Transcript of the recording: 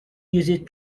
used